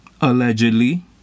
allegedly